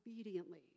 obediently